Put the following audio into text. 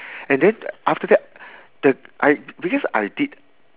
and then after that the I because I did